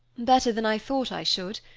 better than i thought i should.